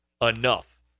enough